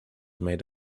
made